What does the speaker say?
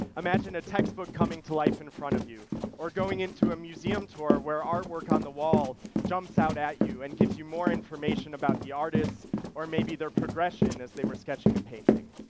imagine a textbook coming to life in front of you or going into a museum tour where artwork on the wall jumps out at you and gives you more information about the artists or maybe their progression as they were sketching a painting.